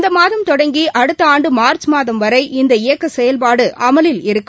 இந்தமாதம் தொடங்கிஅடுத்தஆண்டுமார்ச் மாதம் வரை இந்த இயக்கசெயல்பாடுஅமலில் இருக்கும்